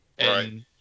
Right